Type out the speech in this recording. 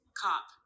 cop